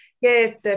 Yes